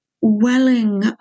welling